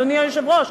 אדוני היושב-ראש,